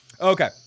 Okay